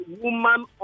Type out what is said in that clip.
woman